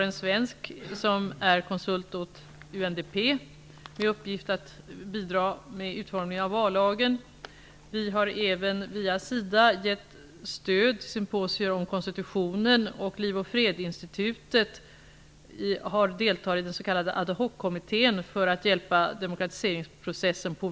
En svensk är konsult åt UNDP med uppgift att bidra till utformningen av vallagen. Vi har även via SIDA gett stöd till symposier om konstitutionen, och Liv och Fredsinstitutet har deltagit i den s.k. ad hoc-kommittén för att hjälpa demokratiseringsprocessen.